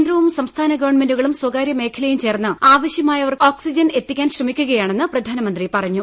കേന്ദ്രവും സംസ്ഥാന ഗവൺമെന്റുകളും സ്വകാര്യ മേഖലയും ചേർന്ന് ആവശ്യമായവർക്കെല്ലാം ഓക്സിജൻ എത്തിക്കാൻ ശ്രമിക്കുകയാണെന്ന് പ്രധാനമന്ത്രി പറഞ്ഞു